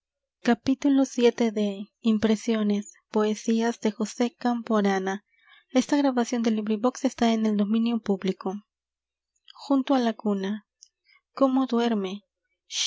la guitarra junto á la cuna cómo duerme